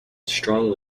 strong